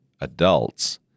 adults